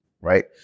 right